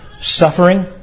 suffering